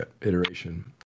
iteration